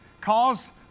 calls